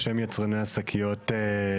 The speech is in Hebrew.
התעשיינים ויצרני השקיות.